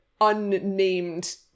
unnamed